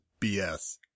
BS